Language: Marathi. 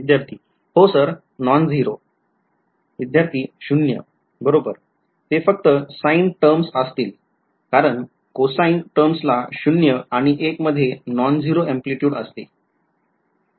विध्यार्थी हो सर नॉन झिरो विध्यार्थी शून्य ० बरोबर ते फक्त sine टर्म्स असतील कारण cosine टर्म्सला शून्य ० आणि एक १ मध्ये नॉन झिरो amplitude असेल